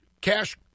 Cash